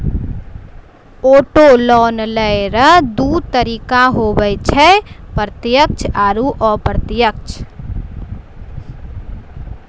auto loan लेय रो दू तरीका हुवै छै प्रत्यक्ष आरू अप्रत्यक्ष